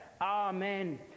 Amen